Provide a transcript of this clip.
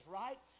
right